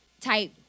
type